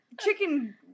chicken